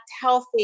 healthy